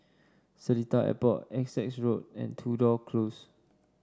Seletar Airport Essex Road and Tudor Close